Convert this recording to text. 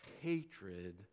hatred